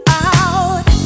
out